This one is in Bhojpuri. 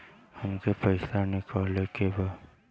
हमके पैसा निकाले के बा